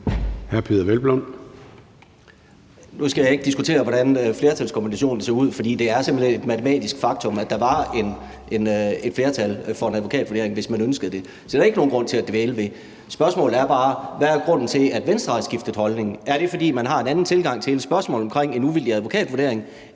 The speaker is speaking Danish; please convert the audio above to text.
Nu skal jeg ikke diskutere, hvordan flertalskombinationen ser ud, for det er simpelt hen et matematisk faktum, at der var et flertal for en advokatvurdering, hvis man ønskede det. Så det er der ikke nogen grund til at dvæle ved. Spørgsmålet er bare: Hvad er grunden til, at Venstre har skiftet holdning? Er det, fordi man har en anden tilgang til hele spørgsmålet omkring en uvildig advokatvurdering?